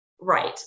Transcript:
Right